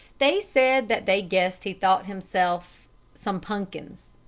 they said that they guessed he thought himself some punkins.